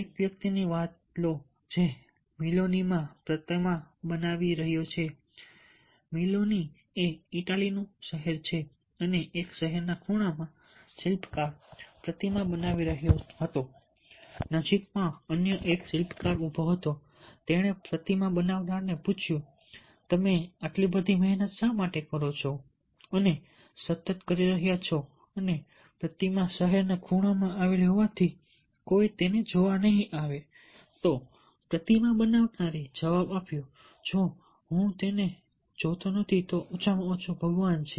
એક વ્યક્તિની વાર્તા લો જે મિલોનીમાં પ્રતિમા બનાવી રહ્યો હતો મિલોની એ ઇટાલીનું શહેર છે અને એક શહેરના ખૂણામાં શિલ્પકાર પ્રતિમા બનાવી રહ્યો હતો નજીકમાં અન્ય એક શિલ્પકાર ઊભો હતો તેણે પ્રતિમા બનાવનારને પૂછ્યું તમે આટલી બધી મહેનત શા માટે કરો છો અને સતત કરી રહ્યા છો અને પ્રતિમા શહેરના ખૂણામાં આવેલી હોવાથી કોઈ તેને જોવા નહીં આવે તો પ્રતિમા બનાવનારએ જવાબ આપ્યો જો હું તેને જોતો નથી તો ઓછામાં ઓછો ભગવાન છે